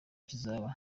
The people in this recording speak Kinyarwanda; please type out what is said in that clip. kizaba